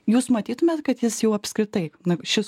jūs matytumėt kad jis jau apskritai šis